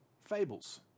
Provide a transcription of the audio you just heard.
Fables